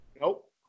Nope